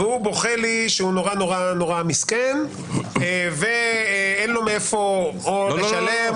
והא בוכה לי שהוא נורא-נורא מסכן ואין לו מאיפה לשלם,